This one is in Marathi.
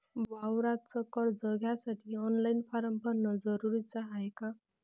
वावराच कर्ज घ्यासाठी ऑनलाईन फारम भरन जरुरीच हाय का?